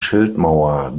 schildmauer